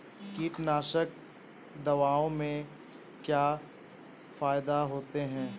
कीटनाशक दवाओं से क्या फायदा होता है?